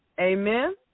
Amen